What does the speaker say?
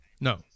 No